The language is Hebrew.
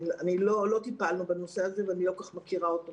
לא טיפלנו בנושא הזה ואני לא מכירה אותו מקרוב.